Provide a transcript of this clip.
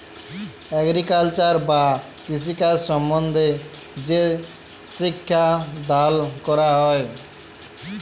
agriculture বা কৃষিকাজ সম্বন্ধে যে শিক্ষা দাল ক্যরা হ্যয়